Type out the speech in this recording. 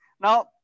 Now